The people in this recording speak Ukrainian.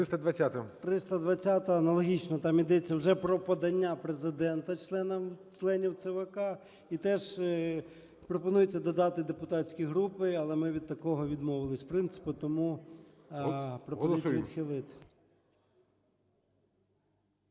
О.М. 320-а. Аналогічно, там ідеться вже про подання Президента членів ЦВК, і теж пропонується додати "депутатські групи". Але ми від такого відмовились принципу. Тому пропонується відхилити.